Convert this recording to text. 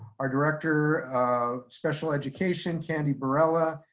our director of special education, candy barela.